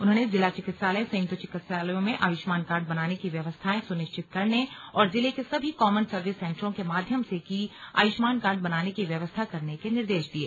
उन्होंने जिला चिकित्सालय संयुक्त चिकित्सालयों में आयुष्मान कार्ड बनाने की व्यवस्थाएं सुनिश्चित करने और जिले के सभी कॉमन सर्विस सेन्टरों के माध्यम से भी आयुष्मान कार्ड बनाने की व्यवस्था करने के निर्देश दिये